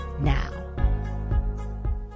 now